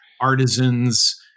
artisans